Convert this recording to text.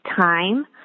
time